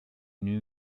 new